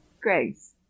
grace